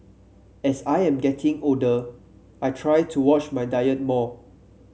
as I am getting older I try to watch my diet more